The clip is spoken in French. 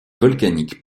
volcanique